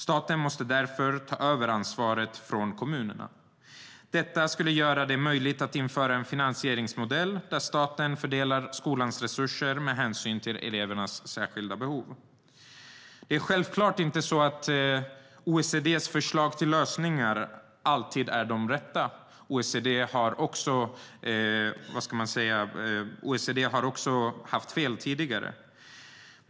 Staten måste därför ta över ansvaret från kommunerna. Detta skulle göra det möjligt att införa en finansieringsmodell där staten fördelar skolans resurser med hänsyn till elevernas särskilda behov. Det är självklart inte så att OECD:s förslag till lösningar alltid är de rätta; OECD har haft fel tidigare.